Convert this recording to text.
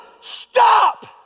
stop